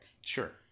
Sure